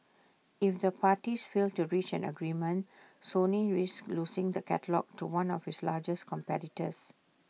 if the parties fail to reach an agreement Sony risks losing the catalogue to one of its largest competitors